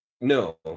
no